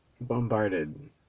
Bombarded